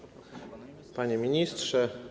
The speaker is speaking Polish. Panie Ministrze!